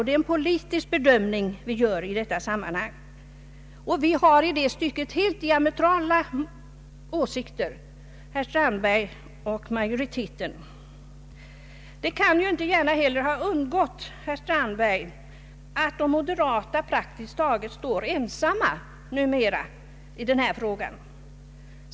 Det är en politisk bedömning vi har att göra i detta sammanhang. Herr Strandberg och utskottsmajoriteten har i det stycket helt diametrala åsikter. Det kan inte gärna ha undgått herr Strandberg att moderata samlingspartiet numera står praktiskt taget ensamt i den här frågan.